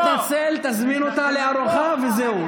תתנצל, תזמין אותה לארוחה, וזהו.